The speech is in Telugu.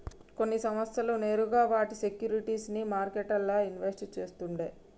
కొన్ని సంస్థలు నేరుగా వాటి సేక్యురిటీస్ ని మార్కెట్లల్ల ఇన్వెస్ట్ చేస్తుండే